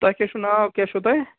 تۄہہِ کیٛاہ چھُو ناو کیٛاہ چھُو تۄہہِ